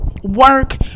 Work